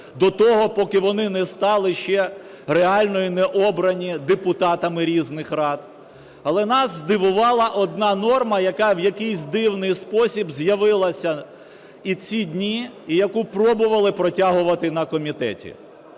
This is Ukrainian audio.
до того, поки вони не стали ще реально і не обрані депутатами різних рад. Але нас здивувала одна норма, яка в якийсь дивний спосіб з'явилася, і ці дні, яку пробували протягувати на комітеті.